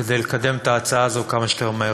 לקדם את ההצעה הזאת כמה שיותר מהר.